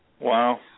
Wow